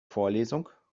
vorlesung